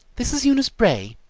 this is eunice bray.